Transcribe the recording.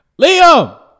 Liam